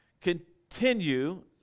Continue